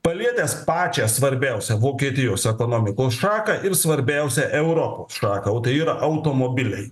palietęs pačią svarbiausią vokietijos ekonomikos šaką ir svarbiausią europos šaką o tai yra automobiliai